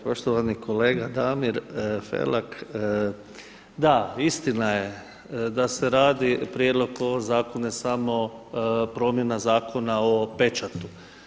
Poštovani kolega Damir Felak, da, istina je da se radi, prijedlog zakona, samo promjena Zakona o pečatu.